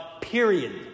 period